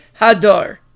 Hadar